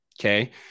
okay